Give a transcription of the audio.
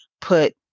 put